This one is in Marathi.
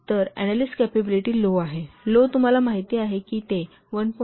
तर अनॅलिस्ट कॅपॅबिलिटी लो आहे लो तुम्हाला माहिती आहे की ते 1